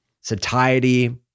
satiety